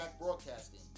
Broadcasting